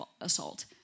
assault